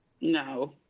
No